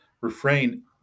refrain